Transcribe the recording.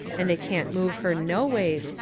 and they can't move her no ways,